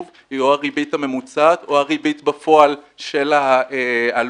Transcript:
היא או הריבית הממוצעת או הריבית בפועל של ההלוואה.